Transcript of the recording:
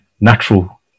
natural